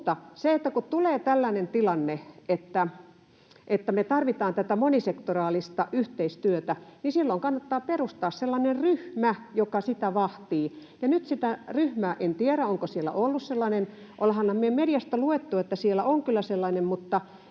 mutta kun tulee tällainen tilanne, että me tarvitaan tätä monisektoraalista yhteistyötä, niin silloin kannattaa perustaa sellainen ryhmä, joka sitä vahtii. Ja nyt sen ryhmän — en tiedä, onko siellä ollut sellainen, ollaanhan me mediasta luettu, että siellä on kyllä sellainen